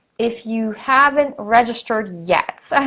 if you haven't registered yet,